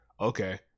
okay